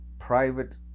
private